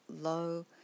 low